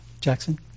Jackson